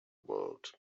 world